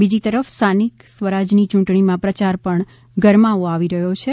બીજી તરફ સ્થાનિક સ્વરાજની ચૂંટણીના પ્રચારમાં પણ ગરમાવો આવી રહ્યો છે